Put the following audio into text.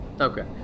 Okay